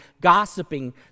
gossiping